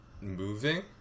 moving